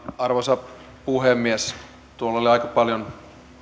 arvoisa puhemies tuolla oli aika paljon